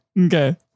Okay